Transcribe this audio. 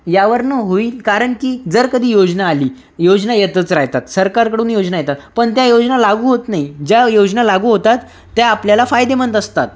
यावरनं होईल कारण की जर कधी योजना आली योजना येतच राहतात सरकारकडून योजना येतात पण त्या योजना लागू होत नाही ज्या योजना लागू होतात त्या आपल्याला फायदेमंद असतात